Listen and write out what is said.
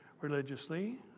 religiously